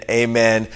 amen